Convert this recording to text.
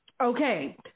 Okay